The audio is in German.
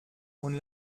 und